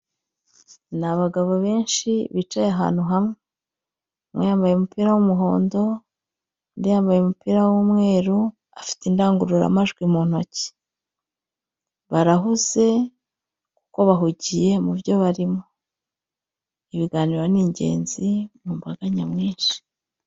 Ni abagabo benshi bicaye ahantu hamwe. Umwe yambaye umupira w'umuhondo, undi yambaye umupira w'umweru, afite indangururamajwi mu ntoki. Barahuze, kuko bahugiye mu byo barimo. Ibiganiro ni ingenzi mu mbaga nyamwinshi.